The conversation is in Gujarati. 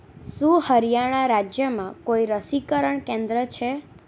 શું હરિયાણા રાજ્યમાં કોઈ રસીકરણ કેન્દ્ર છે